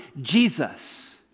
Jesus